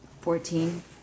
Fourteen